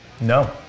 No